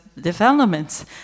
developments